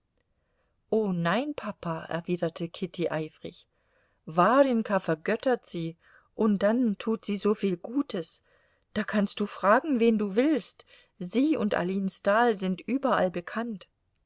o nein papa erwiderte kitty eifrig warjenka vergöttert sie und dann tut sie so viel gutes da kannst du fragen wen du willst sie und aline stahl sind überall bekannt